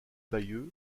bailleul